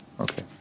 okay